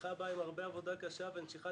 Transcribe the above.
הצלחה באה עם הרבה עבודה קשה ונשיכת